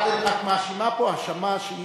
יש להם עובד בשכר.